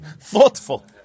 thoughtful